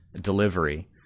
delivery